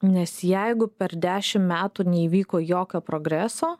nes jeigu per dešim metų neįvyko jokio progreso